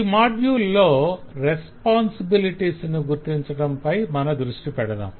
ఈ మాడ్యుల్ లో రెస్పాన్సిబిలిటీస్ ను గుర్తించటంపై మన దృష్టి పెడదాం